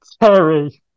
Terry